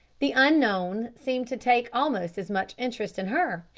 the unknown seemed to take almost as much interest in her,